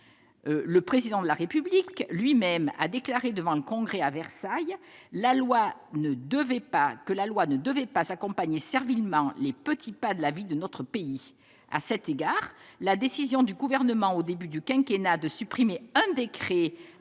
Le Président de la République, lui-même, a déclaré devant le Congrès à Versailles que la loi ne devait pas « accompagner servilement les petits pas de la vie de notre pays ». À cet égard, la décision du Gouvernement, au début du quinquennat, de supprimer un décret